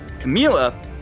Camila